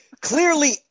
clearly